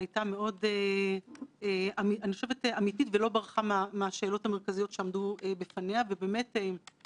הוועדה הזאת לתחושתנו היא איזשהו שיא במהלך רציף,